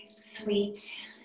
sweet